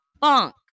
bunk